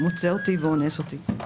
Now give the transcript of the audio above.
מוצא אותי ואונס אותי.